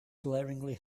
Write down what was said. glaringly